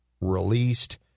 released